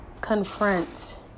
confront